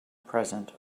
present